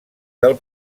del